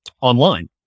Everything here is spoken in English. online